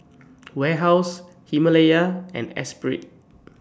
Warehouse Himalaya and Espirit